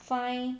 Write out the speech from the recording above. fine